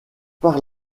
par